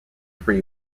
prix